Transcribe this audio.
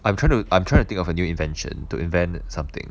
I'm trying to I'm trying to think of a new invention to invent something